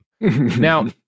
now